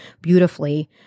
beautifully